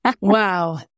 Wow